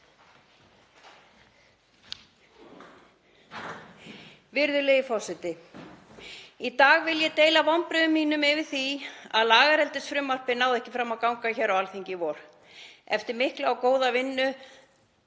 Virðulegi forseti. Í dag vil ég deila vonbrigðum mínum yfir því að lagareldisfrumvarpið náði ekki fram að ganga hér á Alþingi í vor eftir mikla og góða vinnu